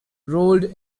rolled